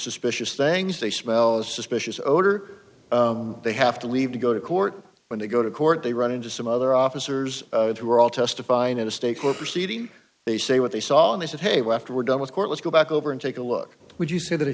suspicious things they smell a suspicious odor they have to leave to go to court when they go to court they run into some other officers who are all testifying in a state court proceeding they say what they saw and they said hey well after we're done with court let's go back over and take a look would you say that